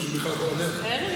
אז ככה: קודם כול,